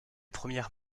premières